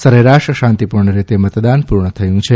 સરેરાશ શાંતિપૂર્ણ રીતે મતદાન પુરૂં થયું છે